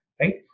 right